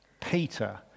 Peter